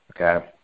Okay